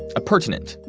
a pertinent,